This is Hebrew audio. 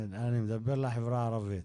אני מדבר על החברה הערבית.